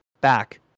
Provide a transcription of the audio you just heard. back